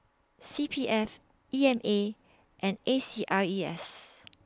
C P F E M A and A C R E S